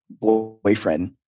boyfriend